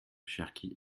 cherki